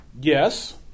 Yes